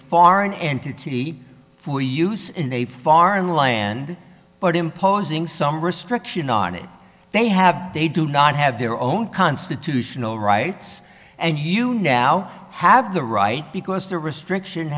foreign entity for use in a foreign land but imposing some restriction on it they have they do not have their own constitutional rights and you now have the right because the restriction